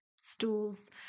stools